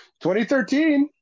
2013